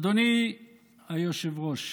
אדוני היושב-ראש,